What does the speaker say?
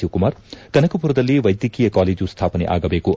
ಶಿವಕುಮಾರ್ ಕನಕಮರದಲ್ಲಿ ವೈದ್ಯಕೀಯ ಕಾಲೇಜು ಸ್ಟಾಪನೆ ಆಗಬೇಕು